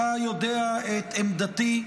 אתה יודע את עמדתי,